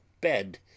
bed